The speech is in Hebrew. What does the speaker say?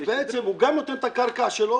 אז בעצם הוא גם נותן את הקרקע שלו